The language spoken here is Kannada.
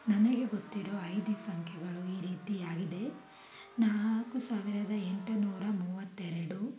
ನನಗೆ ಗೊತ್ತಿರೊ ಐದು ಸಂಖ್ಯೆಗಳು ಈ ರೀತಿಯಾಗಿದೆ ನಾಲ್ಕು ಸಾವಿರದ ಎಂಟುನೂರ ಮೂವತ್ತೆರಡು